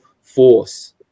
force